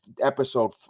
episode